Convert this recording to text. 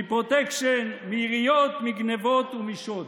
מפרוטקשן, מיריות, מגנבות ומשוד.